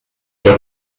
der